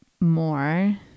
more